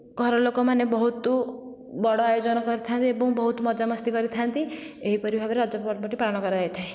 ଘରଲୋକମାନେ ବହୁତ ବଡ଼ ଆୟୋଜନ କରିଥାନ୍ତି ଏବଂ ବହୁତ ମଜାମସ୍ତି କରିଥାନ୍ତି ଏହିପରି ଭାବରେ ରଜ ପର୍ବଟି ପାଳନ କରାଯାଇଥାଏ